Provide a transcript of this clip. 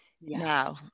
now